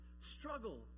struggle